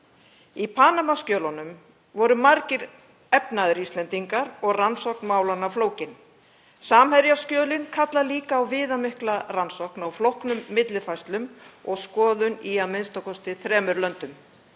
Í Panama-skjölunum voru margir efnaðir Íslendingar og rannsókn málanna flókin. Samherjaskjölin kalla líka á viðamikla rannsókn á flóknum millifærslum og skoðun í að minnsta kosti þremur löndum.